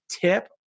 tip